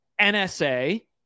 NSA